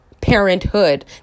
parenthood